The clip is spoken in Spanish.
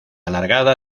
alargada